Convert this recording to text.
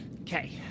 Okay